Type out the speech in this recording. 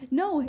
no